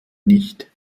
nicht